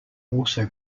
also